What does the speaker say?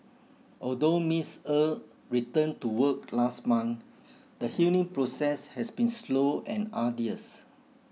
although Miss Er returned to work last month the healing process has been slow and arduous